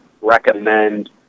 recommend